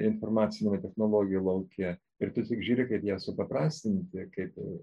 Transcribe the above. informacinių technologijų lauke ir tu tik žiūri kaip ją supaprastinti kaip